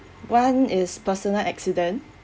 one is personal accident